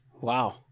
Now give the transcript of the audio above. Wow